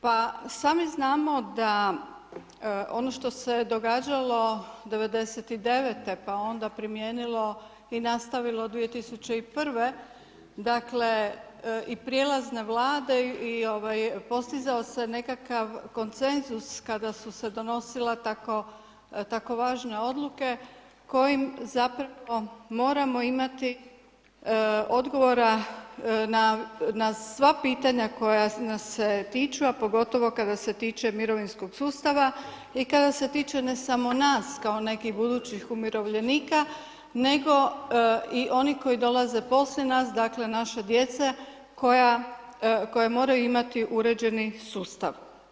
Pa sami znamo da ono što se događalo 99. pa onda primijenilo i nastavilo 2001. i prelazne Vlade i postizao se nekakav konsenzus kada su se donosila tako važne odluke kojim zapravo moramo imati odgovora na sva pitanja koja nas se tiču, a pogotovo kada se tiče mirovinskog sustava i kada se tiče ne samo nas kao nekih budućih umirovljenika nego i onih koji dolaze poslije nas, dakle, naše djece koja moraju imati uređeni sustav.